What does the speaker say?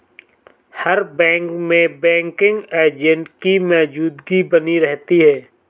हर bank में banking agent की मौजूदगी बनी रहती है